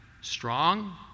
strong